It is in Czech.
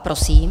Prosím.